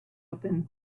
open